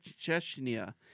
Chechnya